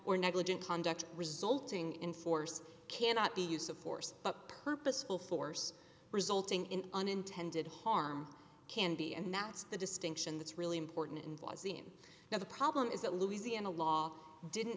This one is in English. or negligent conduct resulting in force cannot be use of force but purposeful force resulting in unintended harm can be and that's the distinction that's really important in blazin now the problem is that louisiana law didn't